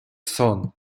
сон